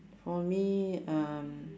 for me um